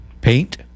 Paint